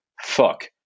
fuck